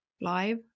live